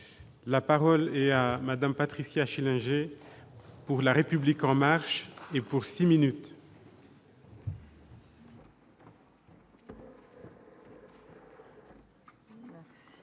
la parole est à Madame Patricia Schillinger pour la République en marche et pour 6 minutes. Monsieur